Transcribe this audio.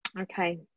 Okay